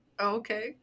okay